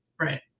Right